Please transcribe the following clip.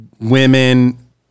women